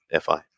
FI